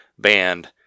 band